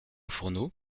fourneau